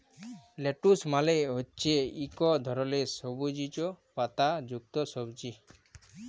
lettuce মালে হছে ইক ধরলের সবুইজ পাতা যুক্ত সবজি